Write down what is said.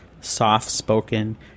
soft-spoken